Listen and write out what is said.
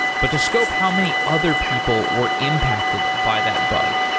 but to scope how many other people were impacted by that bug.